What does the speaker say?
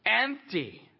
empty